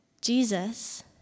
Jesus